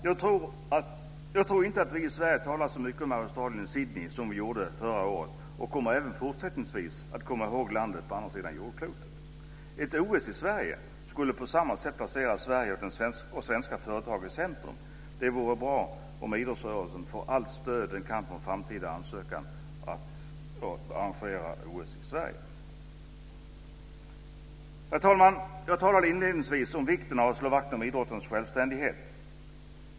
Jag tror inte att vi i Sverige har talat så mycket om Australien och Sydney som vi gjorde förra året, och vi kommer även fortsättningsvis att komma ihåg landet på andra sidan jordklotet. Ett OS i Sverige skulle på samma sätt placera Sverige och svenska företag i centrum. Det vore bra om idrottsrörelsen kunde få allt stöd den kan få för en framtida ansökan att arrangera OS i Sverige. Herr talman! Jag talade inledningsvis om vikten av att slå vakt om idrottens självständighet.